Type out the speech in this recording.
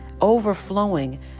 overflowing